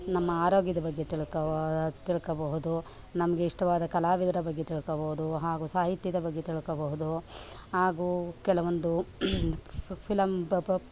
ನಮ್ಮ ಆರೋಗ್ಯದ ಬಗ್ಗೆ ತಿಳ್ಕೊವ ತಿಳ್ಕೊಳ್ಬಹುದು ನಮಗೆ ಇಷ್ಟವಾದ ಕಲಾವಿದರ ಬಗ್ಗೆ ತಿಳ್ಕೊಳ್ಬೋದು ಹಾಗೂ ಸಾಹಿತ್ಯದ ಬಗ್ಗೆ ತಿಳ್ಕೊಳ್ಬಹುದು ಹಾಗೂ ಕೆಲವೊಂದು ಫಿ ಫಿಲಮ್ ಬ ಪ